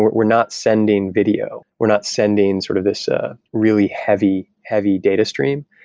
we're not sending video. we're not sending sort of this ah really heavy, heavy data stream,